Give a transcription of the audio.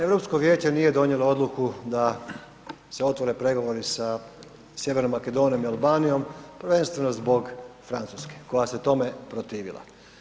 EU vijeće nije donijelo odluku da se otvore pregovori sa Sjevernom Makedonijom i Albanijom, prvenstveno zbog Francuske, koja se tome protivila.